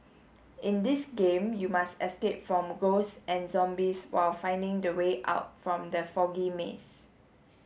in this game you must escape from ghosts and zombies while finding the way out from the foggy maze